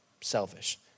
selfish